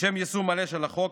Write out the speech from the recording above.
לשם יישום מלא של החוק,